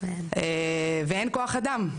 ואין כח אדם,